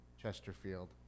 chesterfield